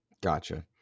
Gotcha